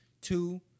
Two